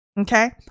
Okay